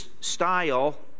style